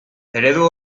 eredu